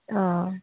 অঁ